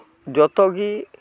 ᱡᱚᱛᱚ ᱜᱤ